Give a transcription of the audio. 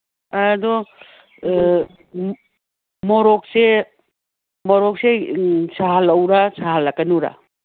ꯑꯗꯣ ꯃꯣꯔꯣꯛꯁꯦ ꯃꯣꯔꯣꯛꯁꯦ ꯁꯥꯍꯜꯂꯛꯎꯔꯥ ꯁꯥꯍꯜꯂꯛꯀꯅꯨꯔꯥ